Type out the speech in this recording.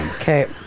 Okay